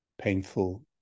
painful